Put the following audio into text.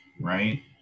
right